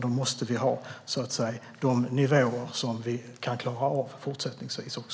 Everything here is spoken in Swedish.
Då måste vi ha de nivåer vi kan klara av också fortsättningsvis.